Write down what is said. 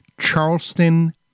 Charleston